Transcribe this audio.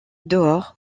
dehors